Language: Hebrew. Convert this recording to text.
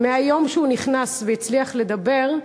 ומהיום שהוא נכנס והצליח לדבר,